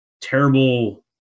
terrible